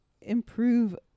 improve